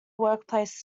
workplace